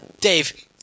Dave